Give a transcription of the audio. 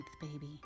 baby